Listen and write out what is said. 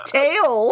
tail